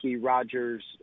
Roger's